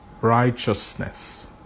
Righteousness